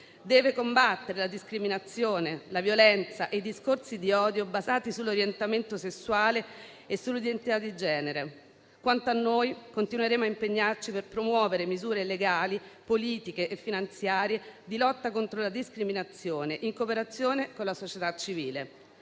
deve combattere la discriminazione e la violenza, i discorsi di odio basati sull'orientamento sessuale e sull'identità di genere. Quanto a noi, continueremo a impegnarci per promuovere misure legali, politiche e finanziarie di lotta contro la discriminazione in cooperazione con la società civile.